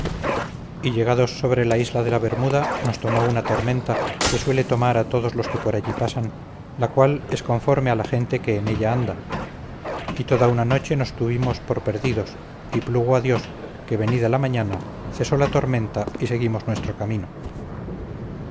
y llegados sobre la isla de la bermuda nos tomó una tormenta que suele tomar a todos los que por allí pasan la cual es conforme a la gente que en ella anda y toda una noche nos tuvimos por perdidos y plugo a dios que venida la mañana cesó la tormenta y seguimos nuestro camino